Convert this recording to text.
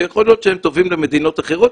שיכול להיות שהם טובים למדינות אחרות,